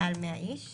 מעל 100 איש